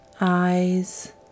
eyes